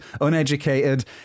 uneducated